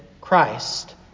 Christ